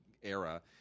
era